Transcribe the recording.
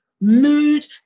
mood